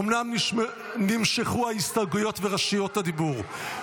אומנם נמשכו ההסתייגויות ורשות הדיבור,